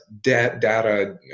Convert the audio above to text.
data